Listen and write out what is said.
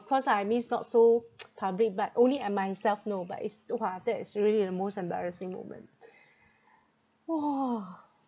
course lah I means not so public but only I myself know but is !wah! that is really the most embarrassing moment !wah!